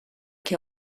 què